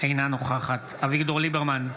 אינה נוכחת אביגדור ליברמן,